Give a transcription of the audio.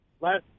last